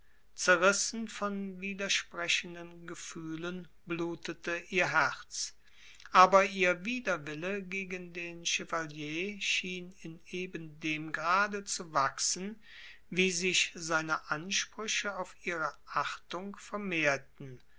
zerrissen von widersprechenden gefühlen blutete ihr herz aber ihr widerwille gegen den chevalier schien in eben dem grade zu wachsen wie sich seine ansprüche auf ihre achtung vermehrten